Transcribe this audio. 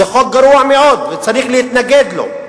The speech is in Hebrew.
זה חוק גרוע מאוד, וצריך להתנגד לו.